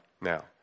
now